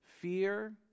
fear